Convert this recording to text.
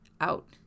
out